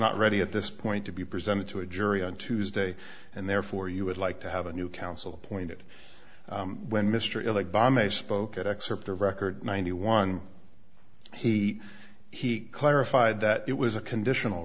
not ready at this point to be presented to a jury on tuesday and therefore you would like to have a new counsel appointed when mr erlich bomb a spoke at excerpt of record ninety one he he clarified that it was a conditional